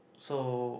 so